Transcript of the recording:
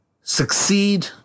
succeed